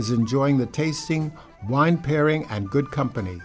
is enjoying the tasting wine pairing and good company